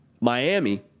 miami